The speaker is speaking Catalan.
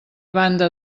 banda